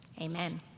Amen